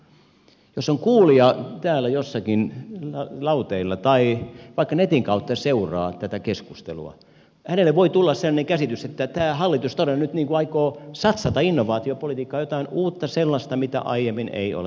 jos on kuulija täällä jossakin lauteilla tai vaikka netin kautta seuraa tätä keskustelua hänelle voi tulla sellainen käsitys että tämä hallitus todella nyt aikoo satsata innovaatiopolitiikkaan jotain uutta sellaista mitä aiemmin ei ole tehty